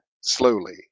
slowly